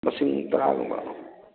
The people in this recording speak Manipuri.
ꯃꯁꯤꯡ ꯇꯔꯥꯒꯨꯝꯕ